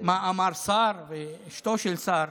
מה אמרו שר, אשתו של שר,